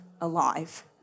alive